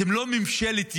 אתם לא ממשלת ימין.